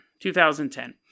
2010